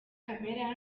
camera